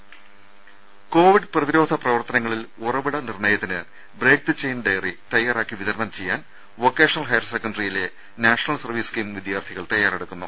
ദേദ കോവിഡ് പ്രതിരോധ പ്രവർത്തനങ്ങളിൽ ഉറവിട നിർണ്ണയത്തിന് ബ്രെയ്ക് ദി ചെയ്ൻ ഡയറി തയ്യാറാക്കി വിതരണം ചെയ്യാൻ വൊക്കേഷണൽ ഹയർ സെക്കന്ററിയിലെ നാഷണൽ സർവ്വീസ് സ്കീം വിദ്യാർത്ഥികൾ തയ്യാറെടുക്കുന്നു